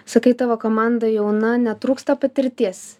sakai tavo komanda jauna netrūksta patirties